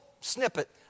snippet